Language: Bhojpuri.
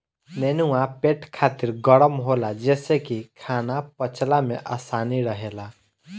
नेनुआ पेट खातिर गरम होला जेसे की खाना पचला में आसानी रहेला